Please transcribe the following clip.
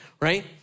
Right